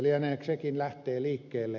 mistä sekin lähtenee liikkeelle